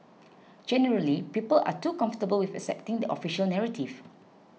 generally people are too comfortable with accepting the official narrative